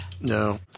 No